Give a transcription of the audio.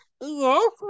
yes